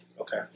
Okay